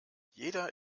jeder